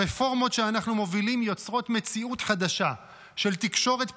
הרפורמות שאנחנו מובילים יוצרות מציאות חדשה של תקשורת פתוחה,